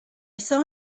saw